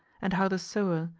and how the sower,